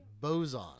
Boson